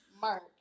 Mark